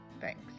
Thanks